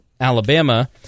Alabama